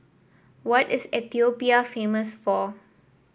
what is Ethiopia famous for